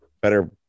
Better